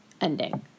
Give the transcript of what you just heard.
ending